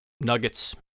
nuggets